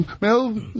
Mel